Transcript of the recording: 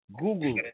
Google